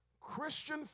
Christian